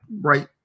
right